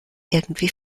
irgendwie